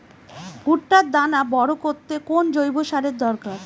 ভুট্টার দানা বড় করতে কোন জৈব সারের দরকার?